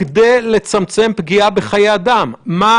אתם נותנים את דעתכם לכך שהישומון הזה אמור להיות מושק בשבוע הבא?